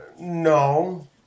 no